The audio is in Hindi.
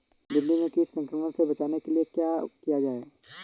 भिंडी में कीट संक्रमण से बचाने के लिए क्या किया जाए?